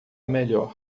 melhor